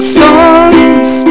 songs